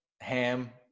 ham